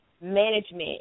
management